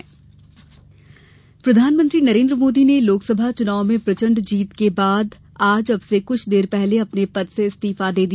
PM इस्तीफा प्रधानमंत्री नरेन्द्र मोदी ने लोकसभा चुनाव में प्रचण्ड जीत के बाद आज अबसे कुछ देर पहले अपने पद से इस्तीफा दे दिया